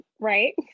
right